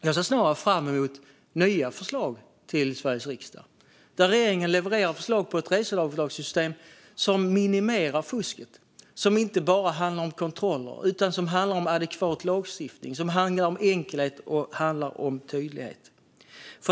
Jag ser snarare fram emot nya förslag till Sveriges riksdag där regeringen levererar förslag på ett reseavdragssystem som minimerar fusket och som inte bara handlar om kontroller utan handlar om adekvat lagstiftning, enkelhet och tydlighet.